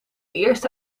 eerste